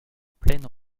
pleine